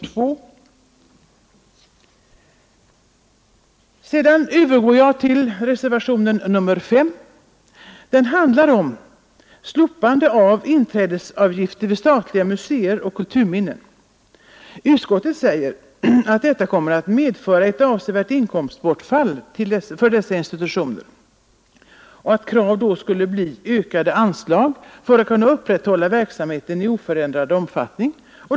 Därefter övergår jag till reservationen 5. Den handlar om slopande av inträdesavgifter vid statliga museer och kulturminnen. Utskottet säger att detta kommer att medföra ett avsevärt inkomstbortfall för dessa institutioner. Ett krav skulle då bli ökade anslag för att kunna upprätthålla verksamheten i oförändrad omfattning.